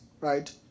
right